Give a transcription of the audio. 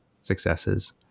successes